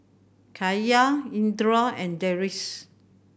Cahaya Indra and Deris